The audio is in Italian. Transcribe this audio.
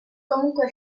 comunque